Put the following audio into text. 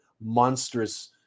monstrous